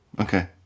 okay